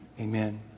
Amen